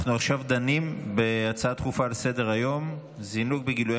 אנחנו דנים עכשיו בהצעה דחופה לסדר-היום: זינוק בגילויי